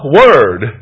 word